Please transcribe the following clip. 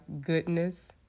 goodness